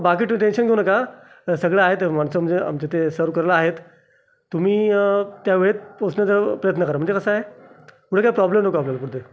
बाकी तुम्ही टेन्शन घेऊ नका सगळं आहे ते माणसं म्हणजे आमचे ते सर्व करायला आहेत तुम्ही त्या वेळेत पोहचण्याचा प्रयत्न करा म्हणजे कसं आहे पुढे काय प्रॉब्लेम नको आपल्याला कोणते